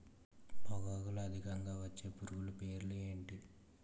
పొగాకులో అధికంగా వచ్చే పురుగుల పేర్లు ఏంటి